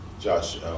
josh